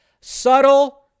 Subtle